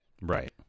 right